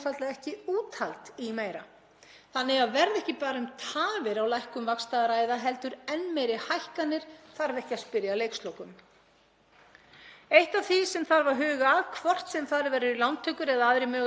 Eitt af því sem þarf að huga að, hvort sem farið verður í lántökur eða aðrir möguleikar nýttir, sem ég vona svo sannarlega, eru áhrif alls þess á húsnæðisverð. Eins og við vitum er hækkun húsnæðisverðs einn stærsti þátturinn í vísitölumælingum Seðlabankans